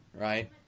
Right